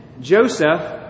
Joseph